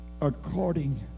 according